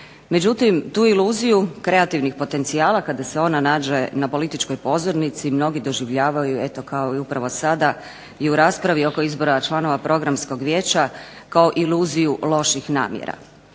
Međutim, tu iluziju kreativnih potencijala kada se ona nađe na političkoj pozornici mnogi doživljavaju eto kao i upravo sada i u raspravi oko izbora članova Programskog vijeća kao iluziju loših namjera.